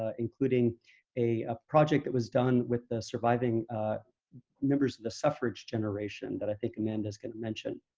ah including a project that was done with the surviving members of the suffrage generation that i think amanda is going to mention,